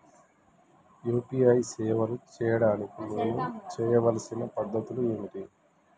UPI సేవలు చేయడానికి నేను చేయవలసిన పద్ధతులు ఏమిటి?